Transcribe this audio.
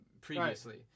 previously